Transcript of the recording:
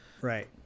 right